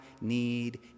need